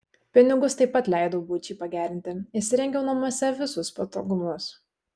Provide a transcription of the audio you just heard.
pinigus taip pat leidau buičiai pagerinti įsirengiau namuose visus patogumus